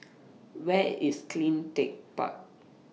Where IS CleanTech Park